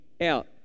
out